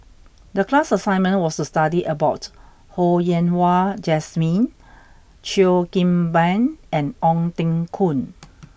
the class assignment was to study about Ho Yen Wah Jesmine Cheo Kim Ban and Ong Teng Koon